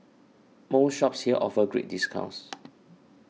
most shops here offer great discounts